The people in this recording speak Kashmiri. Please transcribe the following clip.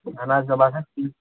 اَہَن حظ مےٚ باسان تی